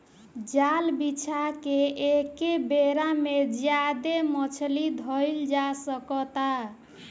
जाल बिछा के एके बेरा में ज्यादे मछली धईल जा सकता